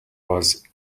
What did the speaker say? was